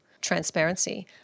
transparency